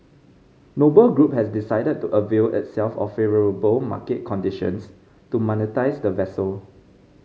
Noble Group has decided to avail itself of favourable market conditions to monetise the vessel